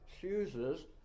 chooses